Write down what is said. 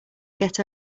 get